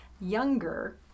younger